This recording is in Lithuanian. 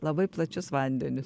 labai plačius vandenis